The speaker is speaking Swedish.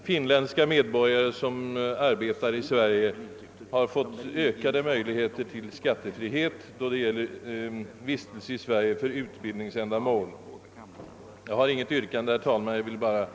Finländska medborgare som arbetar här i Sverige har nämligen fått Jag har, herr talman, inget yrkande. Jag har bara velat säga detta.